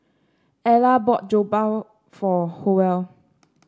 Ella bought Jokbal for Howell